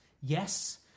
yes